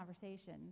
conversation